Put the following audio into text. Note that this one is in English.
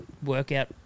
Workout